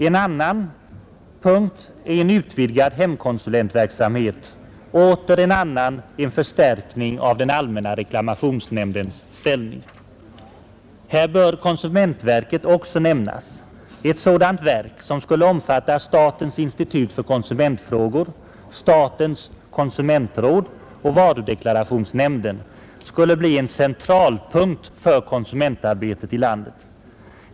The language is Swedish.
En annan är utvidgad hemkonsulentverksamhet, åter en annan är en förstärkning av den allmänna reklamationsnämndens ställning. Här bör konsumentverket också nämnas. Ett sådant verk — som skulle omfatta statens institut för konsumentfrågor, statens konsumentråd och varudeklarationsnämnden — skulle bli en centralpunkt för konsumentarbetet i landet.